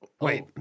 Wait